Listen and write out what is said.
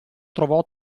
trovò